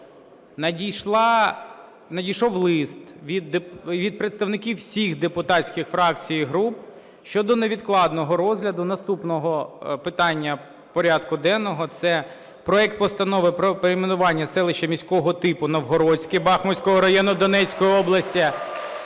Надійшов лист від представників всіх депутатських фракцій і груп щодо невідкладного розгляду наступного питання порядку денного – це проект Постанови про перейменування селище міського типу Новгородське Бахмутського району Донецької області